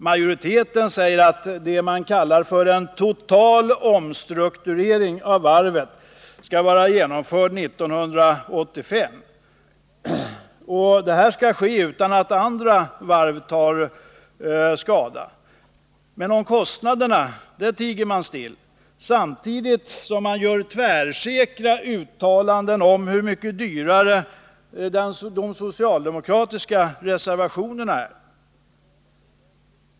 Majoriteten säger att ”en total omstrukturering” av varvet skall vara genomförd 1985. Detta skall ske utan att andra varv tar skada. Men om kostnaden tiger utskottsmajoriteten still. Samtidigt gör majoriteten tvärsäkra uttalanden om hur mycket dyrare de förslag som framförs i de socialdemokratiska reservationerna är.